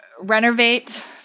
Renovate